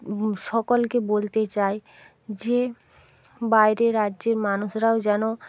সকলকে বলতে চাই যে বাইরে রাজ্যের মানুষরাও যেন